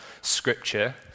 Scripture